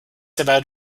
about